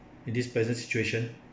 in this present situation